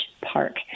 Park